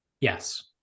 Yes